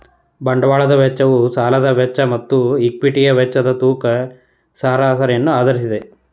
ಬಂಡವಾಳದ ವೆಚ್ಚವು ಸಾಲದ ವೆಚ್ಚ ಮತ್ತು ಈಕ್ವಿಟಿಯ ವೆಚ್ಚದ ತೂಕದ ಸರಾಸರಿಯನ್ನು ಆಧರಿಸಿದೆ